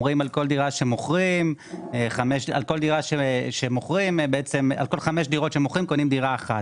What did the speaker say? אומרים, על כל חמש דירות שמוכרים קונים דירה אחת.